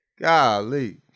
golly